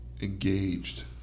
engaged